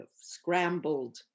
scrambled